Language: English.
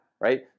right